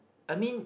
I mean